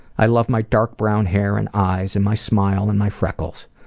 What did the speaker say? i love my dark brown hair and eyes, and my smile, and my freckles.